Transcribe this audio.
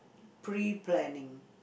pre-planning